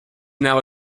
now